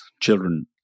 children